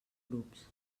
grups